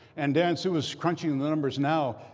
and dan su is crunching the numbers now.